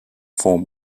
form